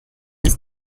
ist